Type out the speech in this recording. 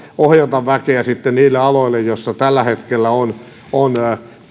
ohjata väkeä sitten niille aloille joilla tällä hetkellä on on